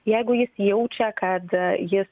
jeigu jis jaučia kad jis